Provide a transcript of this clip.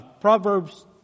Proverbs